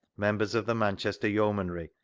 members of the manchester yeomanry,